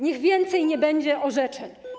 Niech więcej nie będzie orzeczeń.